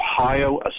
Ohio